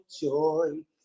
joy